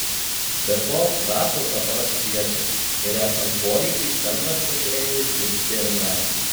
be to trasos dabar apšviestos ir esant poreikiui centras pasirengęs dirbti ir naktį